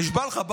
זאת הוצאת דיבה.